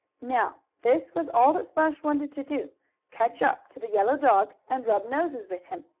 now, this was all that splash wanted to do catch up to the yellow dog and rub noses with him.